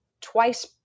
twice